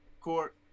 court